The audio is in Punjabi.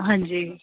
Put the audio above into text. ਹਾਂਜੀ